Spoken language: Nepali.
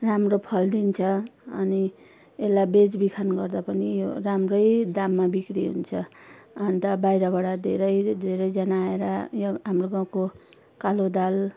राम्रो फलिदिन्छ अनि यसलाई बेचबिखन गर्दा पनि यो राम्रै दाममा बिक्री हुन्छ अन्त बाहिरबाट धेरै धेरैजाना आएर यो हाम्रो गाउँको कालो दाल